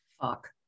Fuck